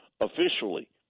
officially